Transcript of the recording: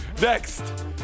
Next